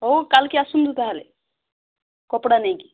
ହଉ କାଲିକି ଆସନ୍ତୁ ତାହେଲେ କପଡ଼ା ନେଇକି